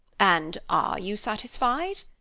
and are you satisfied?